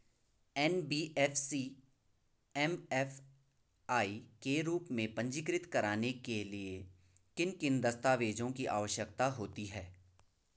NBFC MFI के रूप में पंजीकृत कराने के लिए किन किन दस्तावेज़ों की आवश्यकता होती है?